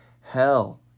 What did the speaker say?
hell